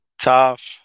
tough